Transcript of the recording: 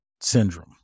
syndrome